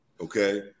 okay